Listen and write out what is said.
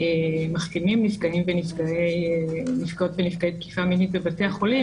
מחתימים נפגעות ונפגעי תקיפה מינית בבתי החולים,